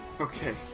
Okay